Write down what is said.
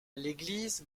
l’église